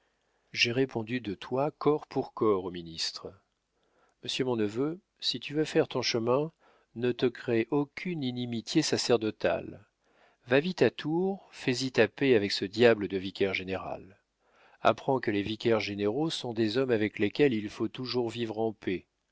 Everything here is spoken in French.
j'ai répondu de toi corps pour corps au ministre monsieur mon neveu si tu veux faire ton chemin ne te crée aucune inimitié sacerdotale va vite à tours fais-y ta paix avec ce diable de vicaire-général apprends que les vicaires généraux sont des hommes avec lesquels il faut toujours vivre en paix